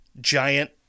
giant